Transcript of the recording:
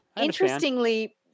interestingly